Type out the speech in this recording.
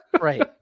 Right